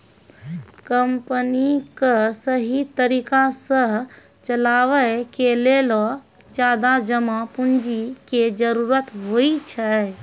company क सहि तरिका सह चलावे के लेलो ज्यादा जमा पुन्जी के जरुरत होइ छै